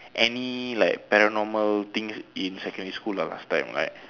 any like paranormal things in secondary school lah last time right